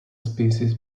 species